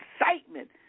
excitement